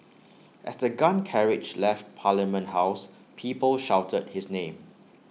as the gun carriage left parliament house people shouted his name